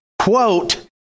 quote